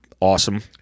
awesome